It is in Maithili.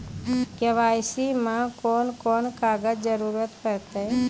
के.वाई.सी मे कून कून कागजक जरूरत परतै?